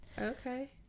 Okay